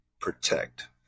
protect